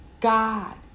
god